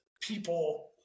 people